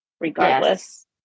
regardless